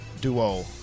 duo